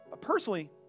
personally